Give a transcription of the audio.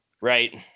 right